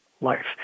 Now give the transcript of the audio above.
life